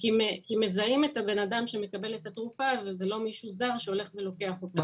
כי מזהים את הבן אדם שמקבל את התרופה וזה לא מישהו זר שהולך ולוקח אותה,